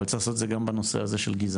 אבל צריך לעשות את זה גם בנושא של גזענות,